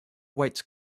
weights